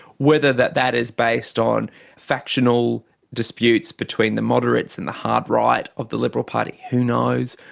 whether that that is based on factional disputes between the moderates and the hard right of the liberal party, who knows.